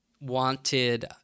wanted